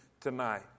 tonight